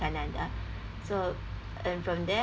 canada so and from there